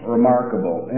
Remarkable